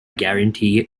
guarantee